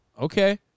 Okay